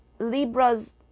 Libras